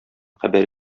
хәбәр